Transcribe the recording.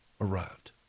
arrived